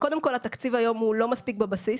התקציב היום הוא לא מספיק בבסיס,